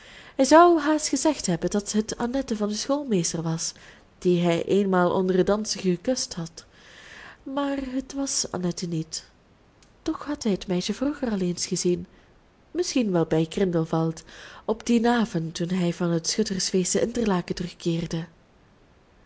hij zou haast gezegd hebben dat het annette van den schoolmeester was die hij eenmaal onder het dansen gekust had maar het was annette niet toch had hij het meisje vroeger al eens gezien misschien wel bij grindelwald op dien avond toen hij van het schuttersfeest te interlaken terugkeerde